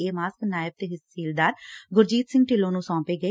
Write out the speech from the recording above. ਇਹ ਮਾਸਕ ਨਾਇਬ ਤਹਿਸੀਲਦਾਰ ਗੁਰਜੀਤ ਸੰਘ ਢਿੱਲੋ ਨੂੰ ਸੌਪੇ ਗਏ